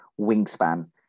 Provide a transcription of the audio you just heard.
wingspan